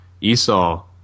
Esau